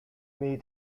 may